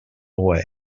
away